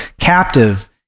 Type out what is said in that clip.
captive